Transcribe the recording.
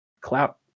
clout